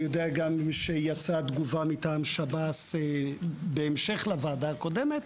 אני יודע שיצאה תגובה מטעם שב"ס בהמשך לוועדה הקודמת,